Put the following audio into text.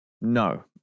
No